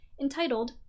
entitled